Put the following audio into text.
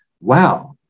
wow